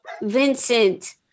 Vincent